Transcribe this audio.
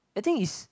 I think it's